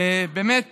באמת